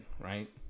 right